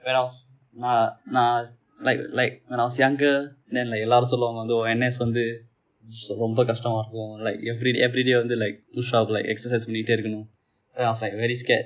when I was நான் நான்:naan naan like like when I was younger then like எல்லோரும் சொல்வார்கள் வந்து உன்:ellorum solluvaargal vanthu un N_S வந்து ரொம்ப கடினமாக இருக்கும்:vanthu romba kadinamaaga irukkum like every~ everyday வந்து :vanthu like pushup like exercise பன்னிக்கொண்டே இருக்க வேண்டும்:pannikonde iruka vendum then I was like very scared